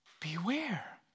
Beware